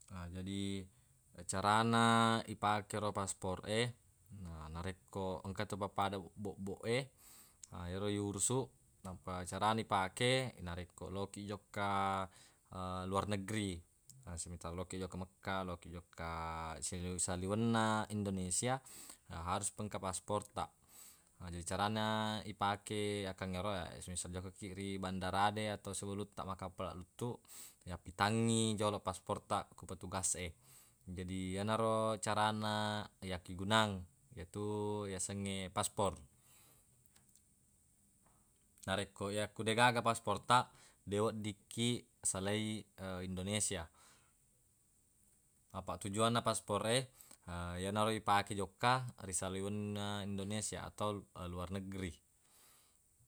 Na jadi carana ipake ero paspor e na narekko engka tu pappada bobboq e ero yurusuq nappa carana ipake narekko lokiq jokka luar negeri na semisal lokiq jokka mekka loki jokka saliwenna indonesia na harus pa engka paspor taq jadi carana ipake akkangngero semisal jokka kiq bandara de atau sebelum taq makkappala luttu yappitangngi joloq paspor taq ku petugas e jadi yenaro carana yakkigunang yetu yasengnge paspor narekko yakku deggaga paspor taq deq weddikkiq salai indonesia apaq tujuanna paspor e ha yenaro ipake jokka ri saliwenna indonesia atau luar negeri.